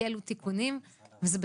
שכל